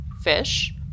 fish